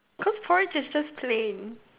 cause porridge is just plain